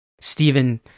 Stephen